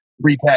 repay